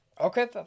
Okay